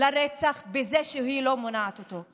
לרצח בזה שהיא לא מונעת אותו.